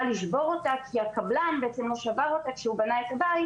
לשבור אותה כי הקבלן לא שבר אותה כשהוא בנה את הבית.